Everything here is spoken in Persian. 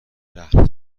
رهن